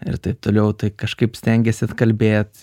ir taip toliau tai kažkaip stengiesi atkalbėt